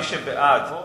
מי שבעד,